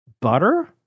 Butter